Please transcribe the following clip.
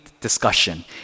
discussion